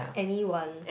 anyone